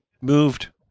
moved